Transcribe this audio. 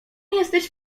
jesteś